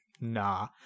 Nah